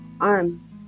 arm